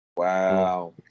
Wow